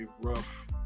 rough